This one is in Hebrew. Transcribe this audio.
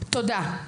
תודה.